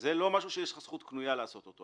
וזה לא משהו שיש לך זכות קנייה לעשות אותו.